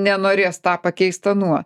nenorės tą pakeist anuo